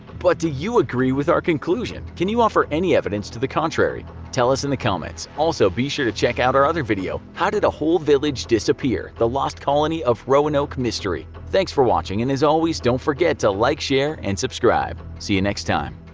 but, do you agree with our conclusion? can you offer any evidence to the contrary? tell us in the comments. also, be sure to check out our other video how did a whole village disappear the lost colony of roanoke mystery. thanks for watching, and as always, don't forget to like, share and subscribe. see you next time.